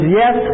yes